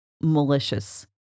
malicious